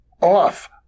off